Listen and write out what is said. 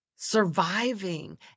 Surviving